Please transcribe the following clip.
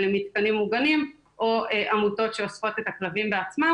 למתקנים מוגנים או עמותות שאוספות את הכלבים בעצמן